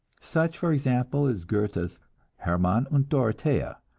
such for example as goethe's hermann and dorothea,